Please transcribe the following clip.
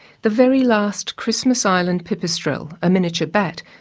the very last christmas island pipistrelle, a miniature bat,